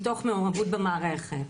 מתוך מעורבות במערכת,